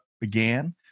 began